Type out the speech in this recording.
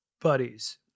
buddies